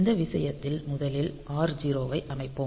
இந்த விஷயத்தில் முதலில் R0 ஐ அமைப்போம்